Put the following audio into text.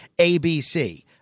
ABC